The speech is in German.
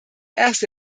erste